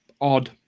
odd